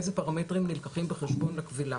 איזה פרמטרים נלקחים בחשבון בכבילה.